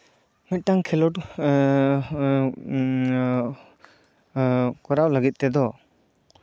ᱢᱤᱫᱴᱟᱝ ᱠᱷᱮᱞᱳᱰ ᱠᱚᱨᱟᱣ ᱞᱟᱹᱜᱤᱫ ᱛᱮᱫᱚ